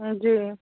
जी